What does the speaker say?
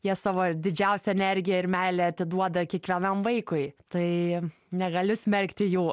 jie savo didžiausią energiją ir meilę atiduoda kiekvienam vaikui tai negaliu smerkti jų